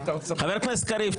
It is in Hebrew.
קריב,